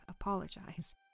apologize